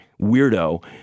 weirdo